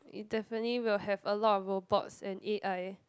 it definitely will have a lot of robots and a_i